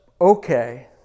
okay